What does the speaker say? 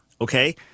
okay